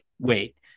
wait